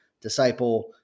disciple